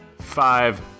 five